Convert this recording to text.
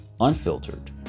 unfiltered